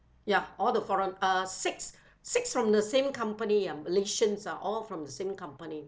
ya all the foreign err six six from the same company um malaysians are all from the same company